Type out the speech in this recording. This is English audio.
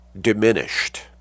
diminished